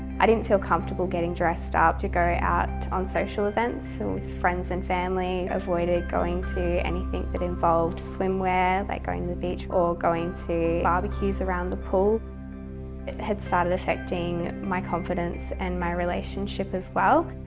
i didn't feel comfortable getting dressed up to go out on social events, so with friends and family. avoided going to anything that involves swimwear, like going to the beach or going to barbecues around the pool. it had started affecting my confidence and my relationship as well.